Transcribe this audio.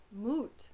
Moot